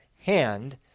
hand